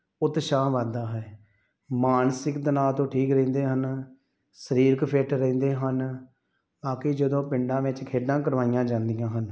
ਉਤਸ਼ਾਹ ਵੱਧਦਾ ਹੈ ਮਾਨਸਿਕ ਤਣਾਅ ਤੋਂ ਠੀਕ ਰਹਿੰਦੇ ਹਨ ਸਰੀਰਕ ਫਿੱਟ ਰਹਿੰਦੇ ਹਨ ਆ ਕੇ ਜਦੋਂ ਪਿੰਡਾਂ ਵਿੱਚ ਖੇਡਾਂ ਕਰਵਾਈਆਂ ਜਾਂਦੀਆਂ ਹਨ